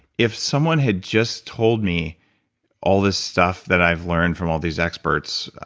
if someone had just told me all this stuff that i've learned from all of these experts,